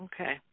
Okay